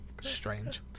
Strange